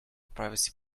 privacy